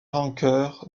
rancœur